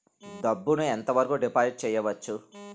డబ్బు ను ఎంత వరకు డిపాజిట్ చేయవచ్చు?